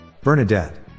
Bernadette